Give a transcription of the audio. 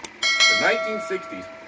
1960s